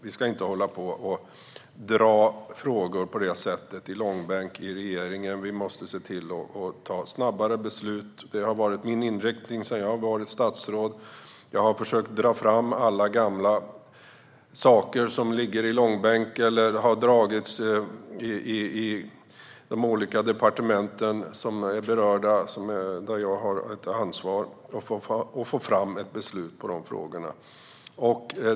Vi ska inte hålla på och dra frågor i långbänk på det sättet i regeringen. Vi måste se till att fatta snabbare beslut; det har varit min inriktning sedan jag blev statsråd. Jag har försökt dra fram alla gamla saker som ligger eller har dragits i långbänk på de olika departement där jag har ett ansvar, för att få fram ett beslut i de frågorna.